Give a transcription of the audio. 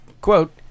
quote